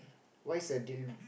what is a deal